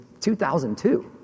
2002